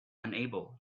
unable